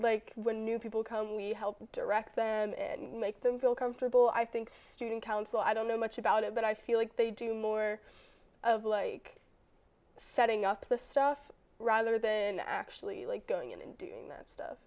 like when new people come in we help direct them and make them feel comfortable i think student council i don't know much about it but i feel like they do more of like setting up the stuff rather than actually like going in and doing that stuff